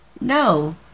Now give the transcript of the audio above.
No